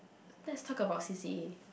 let's talk about c_c_a